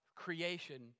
creation